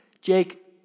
Jake